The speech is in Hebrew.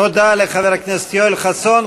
תודה לחבר הכנסת יואל חסון.